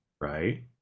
right